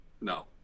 No